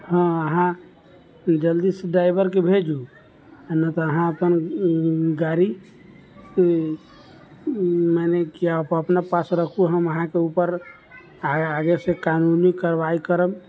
हॅं अहाँ जल्दी से ड्राइवर के भेजू न तऽ अहाँ अपन गाड़ी मने कि आप अपना पास रखू हम अहाँ के ऊपर आगे से कानूनी कारवाही करब